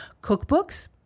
cookbooks